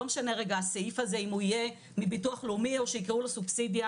ולא משנה כרגע אם הסעיף הזה יהיה מביטוח לאומי או שיקראו לו סובסידיה,